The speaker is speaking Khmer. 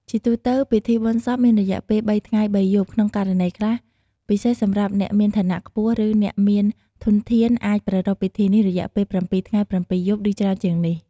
ជាទូទៅ ពិធីបុណ្យសពមានរយៈពេល ៣ ថ្ងៃ ៣ យប់ ក្នុងករណីខ្លះ ពិសេសសម្រាប់អ្នកមានឋានៈខ្ពស់ ឬអ្នកមានធនធាន អាចប្រារព្ធពិធីនេះរយៈពេល ៧ ថ្ងៃ ៧ យប់ ឬច្រើនជាងនេះ។